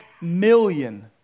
million